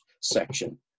section